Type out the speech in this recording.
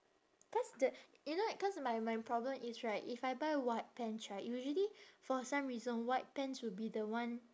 cause the you know like cause my my problem is right if I buy white pants right usually for some reason white pants will be the one